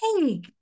hey